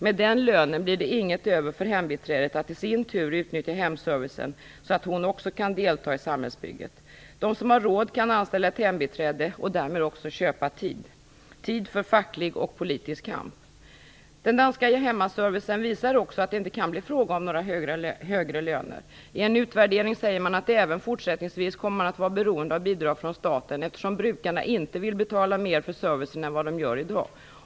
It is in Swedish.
Med den lönen blir det inget över för hembiträdet att sin tur utnyttja hemservicen så att hon också kan delta i samhällsbygget. De som har råd kan anställa ett hembiträde och därmed också köpa tid för facklig och politisk kamp. Den danska hemservicen visar också att det inte kan bli fråga om några högre löner. I en utvärdering säger man att man även fortsättningsvis kommer att vara beroende av bidrag från staten, eftersom brukarna inte vill betala mer för servicen än vad de gör i dag.